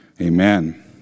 amen